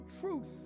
truth